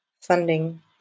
funding